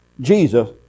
Jesus